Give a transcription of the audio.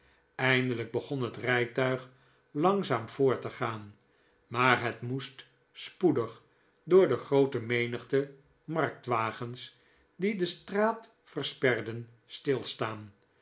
eindelijk begon hun rijtuig langzaam voort te gaan maar het moest spoedig door de groote menigte marktwagens die de straat versperden stilstaan